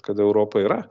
kad europa yra